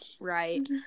right